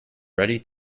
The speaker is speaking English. ready